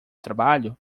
trabalho